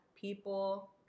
people